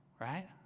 right